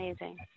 Amazing